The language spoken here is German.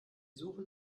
suchen